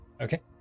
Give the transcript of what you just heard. Okay